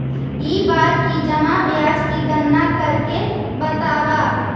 इस बार की जमा ब्याज की गणना करके बतावा